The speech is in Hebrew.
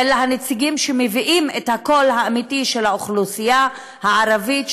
אלא הנציגים שמביאים את הקול האמיתי של האוכלוסייה הערבית,